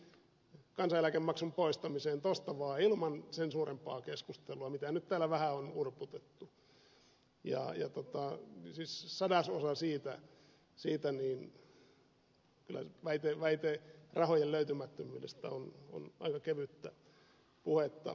kun miljardi löytyi kansaneläkemaksun poistamiseen tuosta vaan ilman sen suurempaa keskustelua mitä nyt täällä vähän on urputettu ja kun nyt kyseessä on siis sadasosa siitä niin kyllä väite rahojen löytymättömyydestä on aika kevyttä puhetta